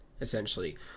essentially